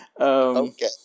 Okay